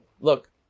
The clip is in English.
look